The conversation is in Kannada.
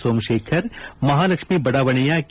ಸೋಮಶೇಖರ್ ಮಹಾಲಕ್ಷ್ಮೀ ಬಡಾವಣೆಯ ಕೆ